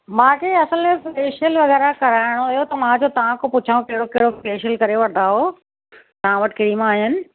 मांखे असल में फ़ेशियल वग़ैरह कराइणो हुओ त मां चयो तव्हां खां पुछां कहिड़ो कहिड़ो फ़ेशियल करे वठंदा आहियो तव्हां वटि क्रीमा आहिनि